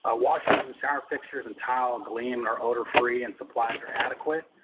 ah washrooms and shower fixtures and tile gleam, are odor free, and supplies are adequate.